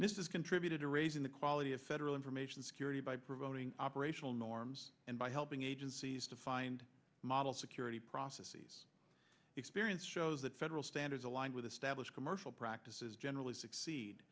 is contributed to raising the quality of federal information security by promoting operational norms and by helping agencies to find models security processes experience shows that federal standards aligned with established commercial practices generally succeed